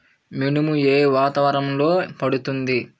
మినుము ఏ వాతావరణంలో పండుతుంది?